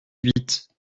huit